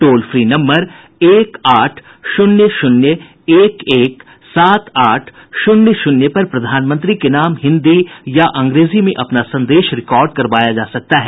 toll free number एक आठ शून्य शून्य एक एक सात आठ शून्य शून्य पर प्रधानमंत्री के नाम हिन्दी या अंग्रेजी में अपना संदेश रिकॉर्ड करवाया जा सकता है